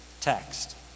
text